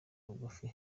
bugufi